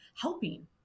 helping